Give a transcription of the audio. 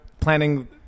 planning